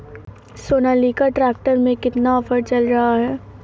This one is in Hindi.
सोनालिका ट्रैक्टर में कितना ऑफर चल रहा है?